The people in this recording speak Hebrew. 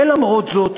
ולמרות זאת,